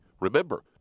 Remember